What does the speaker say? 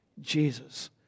Jesus